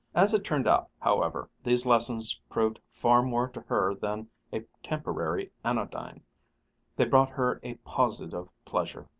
as it turned out, however, these lessons proved far more to her than a temporary anodyne they brought her a positive pleasure.